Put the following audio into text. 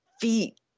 feet